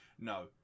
no